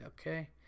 Okay